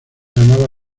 llamaba